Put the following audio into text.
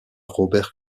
robert